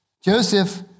Joseph